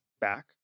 back